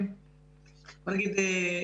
בואו נגיד,